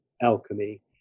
alchemy